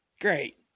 Great